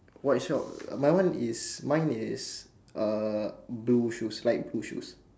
white sock mine one is mine is uh blue shoes light blue shoes